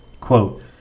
Quote